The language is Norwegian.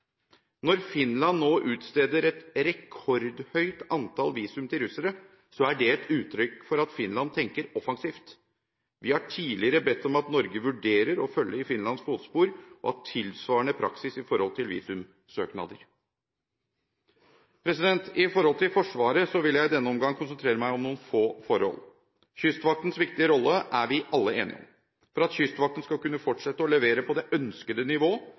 Når Finland nå utsteder et rekordhøyt antall visum til russere, er det et uttrykk for at Finland tenker offensivt. Vi har tidligere bedt om at Norge vurderer å følge i Finlands fotspor og ha tilsvarende praksis for visumsøknader. Når det gjelder Forsvaret, vil jeg i denne omgang konsentrere meg om noen få forhold. Kystvaktens viktige rolle er vi alle enige om. For at Kystvakten skal kunne fortsette å levere på det ønskede nivå,